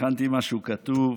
שהכנתי משהו כתוב,